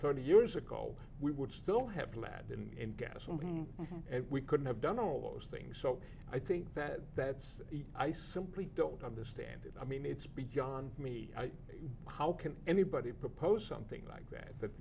thirty years ago we would still have lagged in gasoline and we couldn't have done all those things so i think that that's i simply don't understand it i mean it's beyond me how can anybody propose something like that that